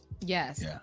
Yes